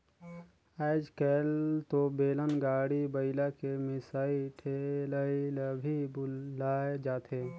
आयज कायल तो बेलन, गाड़ी, बइला के मिसई ठेलई ल भी भूलाये जाथे